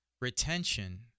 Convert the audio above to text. retention